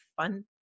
fun